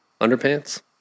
underpants